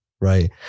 Right